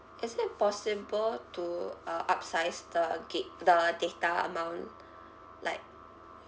is it possible to uh upsize the gig the data amount like